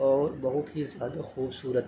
اور بہت ہی زیادہ خوبصورت